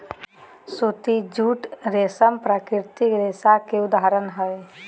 सूती, जूट, रेशम प्राकृतिक रेशा के उदाहरण हय